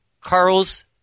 Carl's